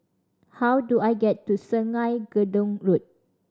how do I get to Sungei Gedong Road